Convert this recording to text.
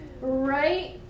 right